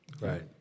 Right